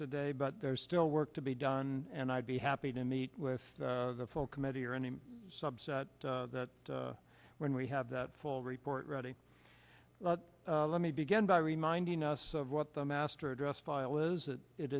today but there's still work to be done and i'd be happy to meet with the full committee or any subset that when we have that full report ready let me begin by reminding us of what the master address file is that it